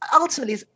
ultimately